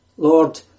Lord